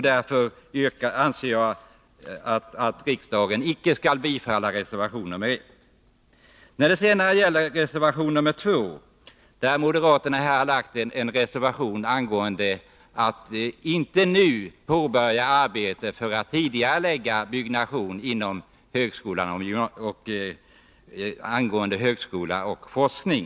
Därför anser jag att riksdagen inte skall bifalla reservation 1. I reservation 2 vill moderaterna att man inte nu skall påbörja arbetet för att tidigarelägga byggnation inom områdena högskola och forskning.